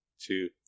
two